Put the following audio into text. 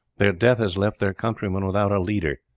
their death has left their countrymen without a leader,